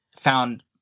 found